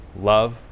love